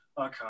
okay